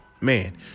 man